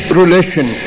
relation